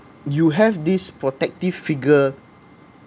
you have this protective figure